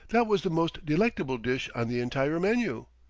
that was the most delectable dish on the entire menu.